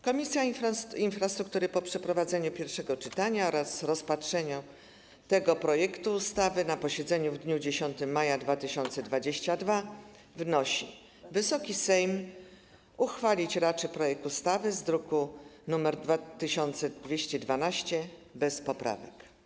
Komisja Infrastruktury po przeprowadzeniu pierwszego czytania oraz rozpatrzeniu tego projektu ustawy na posiedzeniu w dniu 10 maja 2022 r. wnosi, aby Wysoki Sejm uchwalić raczył projekt ustawy z druku nr 2212 bez poprawek.